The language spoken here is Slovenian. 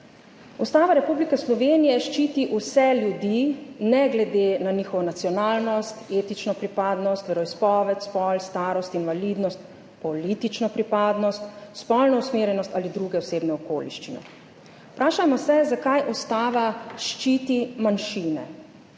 Ustava Republike Slovenije ščiti vse ljudi, ne glede na njihovo nacionalnost, etično pripadnost, veroizpoved, spol, starost, invalidnost, politično pripadnost, spolno usmerjenost ali druge osebne okoliščine. Vprašajmo se, zakaj Ustava ščiti manjšine?